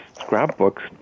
scrapbooks